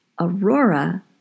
Aurora